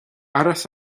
áras